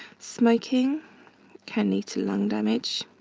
smoking can lead to lung damage